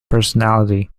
personality